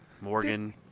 morgan